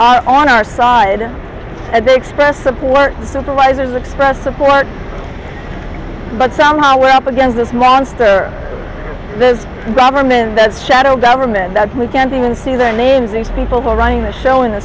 are on our side and they expressed support the supervisors expressed support but somehow we're up against this monster this government that's shadow government that we can't even see their names these people running the show in the